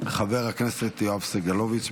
שאילתה דחופה של חבר הכנסת יואב סגלוביץ'